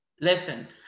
listen